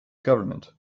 government